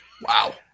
Wow